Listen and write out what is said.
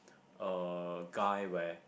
a guy where